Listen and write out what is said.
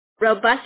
robust